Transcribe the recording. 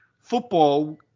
football